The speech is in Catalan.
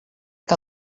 que